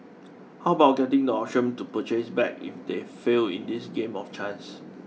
how about getting the option to purchase back if they fail in this game of chance